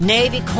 Navy